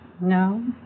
No